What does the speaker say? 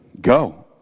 Go